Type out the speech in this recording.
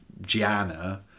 Gianna